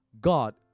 God